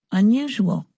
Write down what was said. unusual